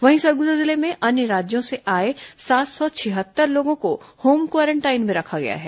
वहीं सरगुजा जिले में अन्य राज्यों से आए सात सौ छिहत्तर लोगों को होम क्वारेंटाइन में रखा गया है